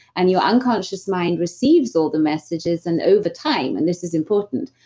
and your unconscious mind receives all the messages and over time and this is important,